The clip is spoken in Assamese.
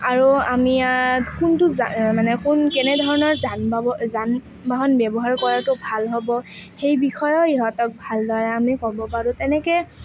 আৰু আমি ইয়াত কোনটো জা মানে কোন কেনেধৰণৰ যান বা যান বাহন ব্যৱহাৰ কৰাটো ভাল হ'ব সেই বিষয়েও ইহঁতক ভালদৰে আমি ক'ব পাৰোঁ তেনেকৈ